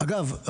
אגב,